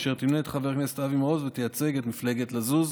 אשר תמנה את חבר הכנסת אבי מעוז ותייצג את מפלגת לזוז.